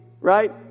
right